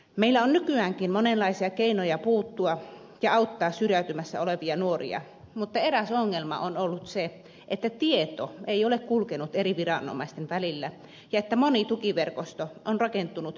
meillä on nykyäänkin monenlaisia keinoja puuttua ja auttaa syrjäytymässä olevia nuoria mutta eräs ongelma on ollut se että tieto ei ole kulkenut eri viranomaisten välillä ja että moni tukiverkosto on rakentunut projektiluonteisuuden varaan